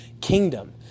kingdom